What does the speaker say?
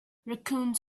raccoons